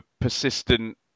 persistent